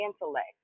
intellect